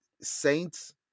Saints